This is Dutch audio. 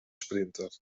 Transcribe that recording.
sprinter